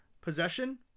Possession